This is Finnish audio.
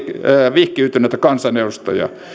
vihkiytyneitä kansanedustajia